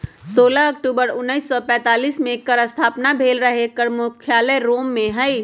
सोलह अक्टूबर उनइस सौ पैतालीस में एकर स्थापना भेल रहै एकर मुख्यालय रोम में हइ